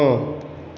नौ